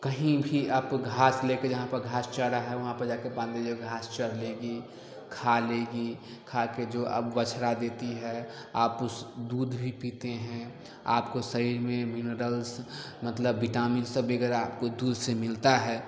कहीं भी लेके आप घास लेके जहाँ पे घास चारा है वहाँ पर जा के बाँध दीजिए घास चर लेगी खा के जो बछड़ा देती है आप उस दूध भी पीते हैं आपके शरीर में मिनिरल्स मतलब बिटामिन सब वगैरह दूध से मिलता है